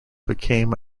became